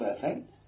perfect